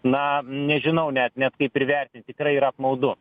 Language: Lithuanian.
na nežinau net net kaip ir vertinti tikrai yra apmaudu